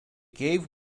gave